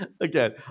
again